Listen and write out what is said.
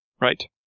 Right